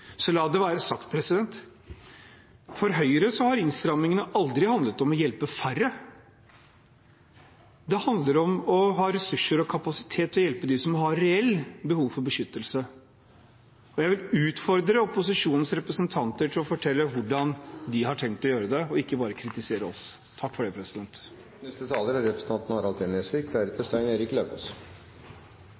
La det være sagt: For Høyre har innstramningene aldri handlet om å hjelpe færre. Det handler om å ha ressurser og kapasitet til å hjelpe dem som har reell behov for beskyttelse. Jeg vil utfordre opposisjonens representanter til å fortelle hvordan de har tenkt å gjøre det, og ikke bare kritisere oss.